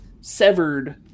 severed